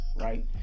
right